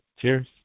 Cheers